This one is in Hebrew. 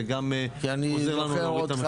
וגם עוזר לנו להוריד את המחירים.